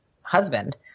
husband